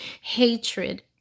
hatred